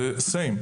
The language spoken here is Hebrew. זה אותו דבר.